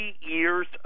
years